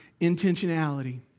intentionality